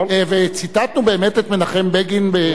וציטטנו באמת את מנחם בגין.